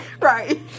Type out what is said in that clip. Right